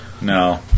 No